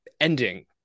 ending